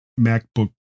macbook